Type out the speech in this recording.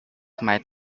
might